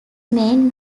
main